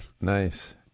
nice